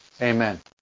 Amen